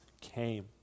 came